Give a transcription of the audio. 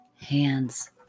hands